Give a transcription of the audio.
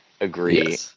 agree